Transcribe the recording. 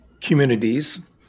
communities